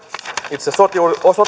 itse sote